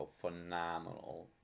phenomenal